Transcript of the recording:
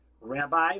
Rabbi